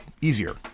easier